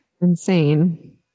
insane